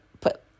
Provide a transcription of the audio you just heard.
put